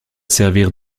servir